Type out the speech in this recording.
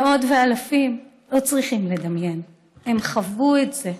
מאות ואלפים לא צריכים לדמיין, הם חוו את זה,